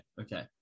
okay